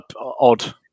odd